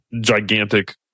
gigantic